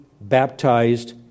baptized